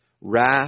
Wrath